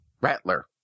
Rattler